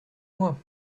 moi